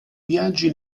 viaggi